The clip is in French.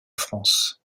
france